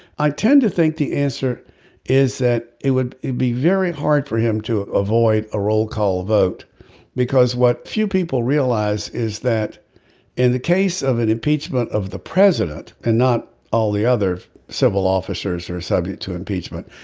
i tend to think the answer is that it would be very hard for him to avoid a roll call vote because what few people realize is that in the case of an impeachment of the president and not all the other civil officers are subject to impeachment.